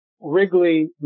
Wrigley